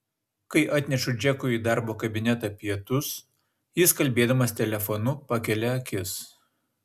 kai atnešu džekui į darbo kabinetą pietus jis kalbėdamas telefonu pakelia akis